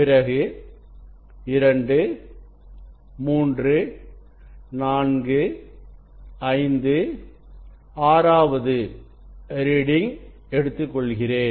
பிறகு 2 345 ஆறாவது ரீடிங் எடுத்துக்கொள்கிறேன்